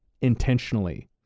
intentionally